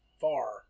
far